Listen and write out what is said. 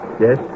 Yes